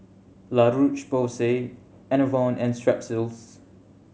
La Roche Porsay Enervon and Strepsils